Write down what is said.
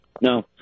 no